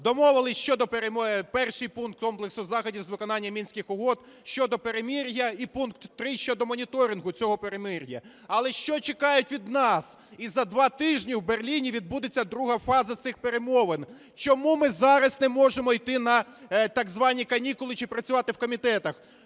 Домовилися, що 1 пункт комплексу заходів з виконання Мінських угод щодо перемир'я і пункт 3 щодо моніторингу цього перемир'я. Але що чекають від нас? І за два тижні у Берліні відбудеться друга фаза цих перемовин. Чому ми зараз не можемо йти на так звані канікули чи працювати в комітетах?